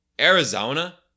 Arizona